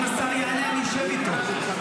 אם השר יענה, אני אשב איתו.